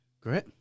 great